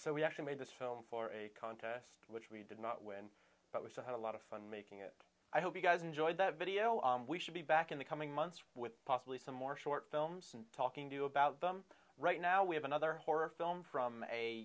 so we actually made this film for a contest which we did not win but we still had a lot of fun making it i hope you guys enjoyed that video we should be back in the coming months with possibly some more short films and talking to you about them right now we have another horror film from a